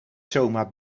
zomaar